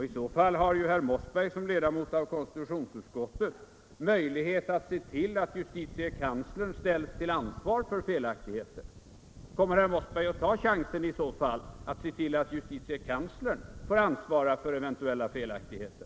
I så fall har herr Mossberg, som ledamot av konstitutionsutskottet, möjlighet att se till att justitiekanslern ställs till ansvar för felaktigheten. Kommer herr Mossberg då att ta chansen att se till att justitiekanslern får ansvara för eventuella felaktigheter?